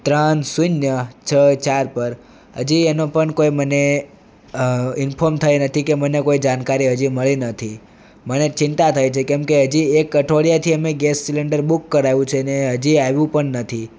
ત્રણ શૂન્ય છ ચાર પર હજી એનો પણ કોઈ મને ઇન્ફોમ થઈ નથી કે મને કોઈ જાણકારી હજી મળી નથી મને ચિંતા થાય છે કેમ કે હજી એક અઠવાડિયાથી અમે ગેસ સિલિન્ડર બુક કરાવ્યું છે અને હજી આવ્યું પણ નથી